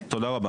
תודה.